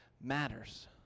matters